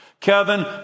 Kevin